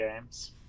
games